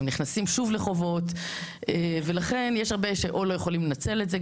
הם נכנסים שוב לחובות ולכן יש הרבה או שלא יכולים לנצל את זה.